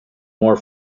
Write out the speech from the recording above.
more